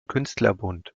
künstlerbund